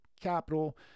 capital